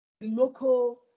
local